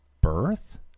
birth